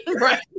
right